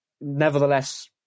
nevertheless